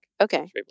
Okay